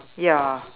ya